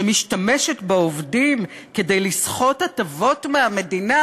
שמשתמשת בעובדים כדי לסחוט הטבות מהמדינה.